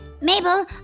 Mabel